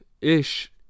Ish